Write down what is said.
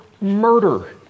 murder